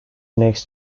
next